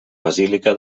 basílica